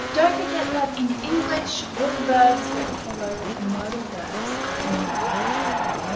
don't forget that in english, all verbs that follow modal verbs are in the infinitive form.